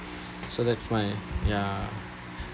so that's my ya